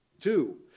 Two